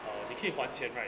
uh 你可以花钱 right